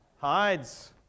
Hides